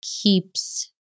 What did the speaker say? keeps